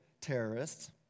terrorists